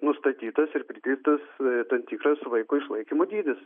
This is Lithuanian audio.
nustatytas ir pridėtas tam tikras vaiko išlaikymo dydis